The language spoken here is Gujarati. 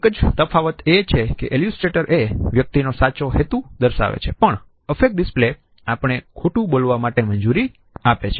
એક જ તફાવત એ છે કે એલ્યુસટ્રેટર એ વ્યક્તિ નો સાચો હેતુ દર્શાવે છે પણ અફેક્ટ ડિસ્પ્લે આપણને ખોટું બોલવા માટે મંજૂરી આપે છે